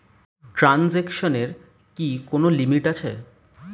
ট্রানজেকশনের কি কোন লিমিট আছে?